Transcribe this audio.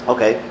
Okay